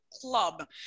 club